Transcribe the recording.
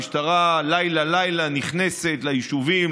המשטרה לילה-לילה נכנסת ליישובים,